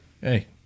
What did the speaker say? hey